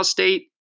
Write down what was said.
State